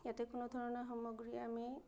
ইয়াতে কোনো ধৰণৰ সামগ্ৰী আমি